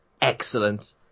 excellent